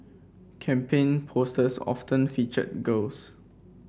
campaign posters often featured girls